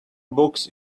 books